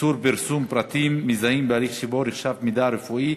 (איסור פרסום פרטים מזהים בהליך שבו נחשף מידע רפואי),